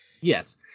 Yes